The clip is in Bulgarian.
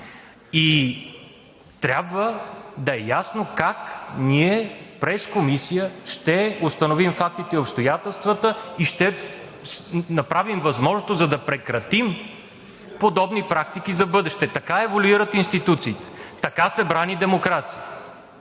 Трябва да е ясно как ние през комисия ще установим фактите и обстоятелствата и ще направим възможното да прекратим подобни практики за в бъдеще. Така еволюират институциите, така се брани демокрацията!